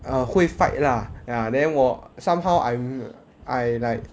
ah 会 fight lah ya then 我 somehow I'm I like